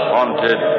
Haunted